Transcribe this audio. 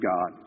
God